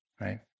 right